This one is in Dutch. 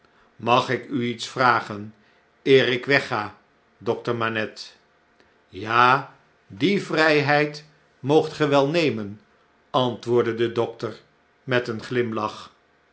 mag ik u iets vragen eer ik wegga dokter manette ja die vrijheid moogt gewelnemenl antwoordde de dokter met een glimlach